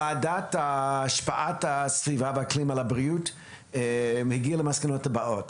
ועדת השפעת הסביבה והאקלים על הבריאות מגיעה למסקנות הבאות: